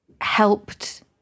helped